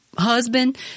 Husband